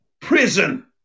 prison